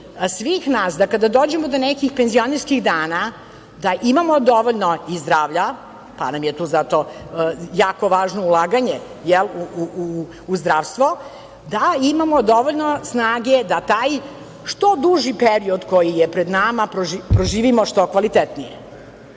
svih nas da kada dođemo do nekih penzionerskih dana, da imamo dovoljno i zdravlja, pa nam je tu zato jako važno ulaganje u zdravstvo, da imamo dovoljno snage da taj što duži period koji je pred nama proživimo što kvalitetnije. Pošto